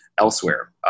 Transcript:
elsewhere